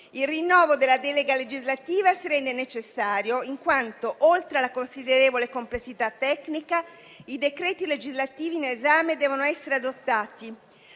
Il rinnovo della delega legislativa si rende necessario in quanto, oltre alla considerevole complessità tecnica, i decreti legislativi in esame devono essere adottati